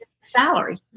salary